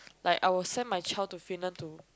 like I will send my child to Finland to